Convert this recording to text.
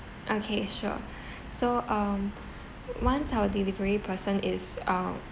okay sure so um once our delivery person is uh